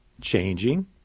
changing